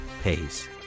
pays